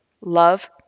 love